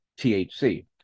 THC